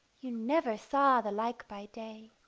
you never saw the like by day.